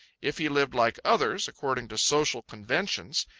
if he lived like others, according to social conventions,